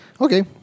Okay